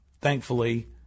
Thankfully